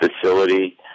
facility